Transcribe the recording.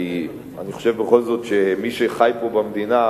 כי אני חושב בכל זאת שמי שחי פה במדינה,